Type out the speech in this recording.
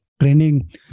training